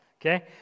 okay